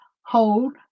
hold